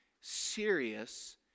serious